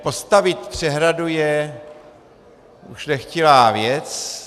Postavit přehradu je ušlechtilá věc.